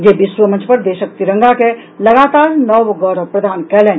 जे विश्व मंच पर देशक तिरंगा के लगातार नव गौरव प्रदान कयलनि